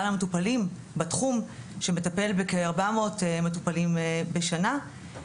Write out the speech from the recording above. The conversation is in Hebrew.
המטופלים בתחום שמטפל בכארבע מאות מטופלים בשנה,